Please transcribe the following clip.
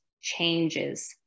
changes